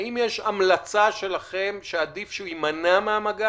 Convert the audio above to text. האם יש המלצה שלכם שעדיף שהוא ימנע מהמגע